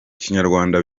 kinyarwanda